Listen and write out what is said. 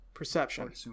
Perception